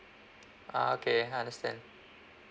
ah okay I understand